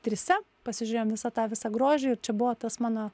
tryse pasižiūrėjom visą tą visą grožį ir čia buvo tas mano